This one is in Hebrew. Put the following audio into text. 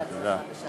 יישר כוח.